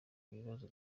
ibibazo